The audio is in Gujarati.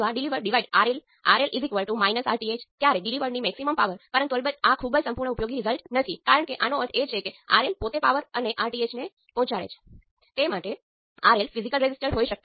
એવી જ રીતે આપણે I1 થી 0 સેટ કરીએ છીએ જેનો અર્થ છે કે આપણે પોર્ટ 1 ને ઓપન સર્કિટ કરીએ છીએ